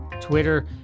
Twitter